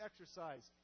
exercise